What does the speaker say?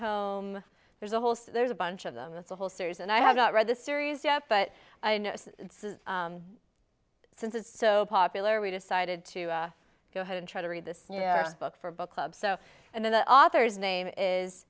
home there's a whole so there's a bunch of them that's a whole series and i have not read the series yet but since it's so popular we decided to go ahead and try to read this book for a book club so and then the author's name is